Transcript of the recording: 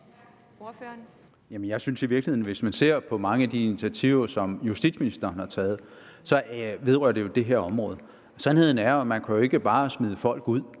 (S): I virkeligheden synes jeg, at mange af de initiativer, som justitsministeren har taget, vedrører det her område. Sandheden er, at man ikke bare kan smide folk ud.